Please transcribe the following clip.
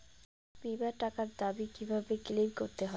বিমার টাকার দাবি কিভাবে ক্লেইম করতে হয়?